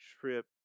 trip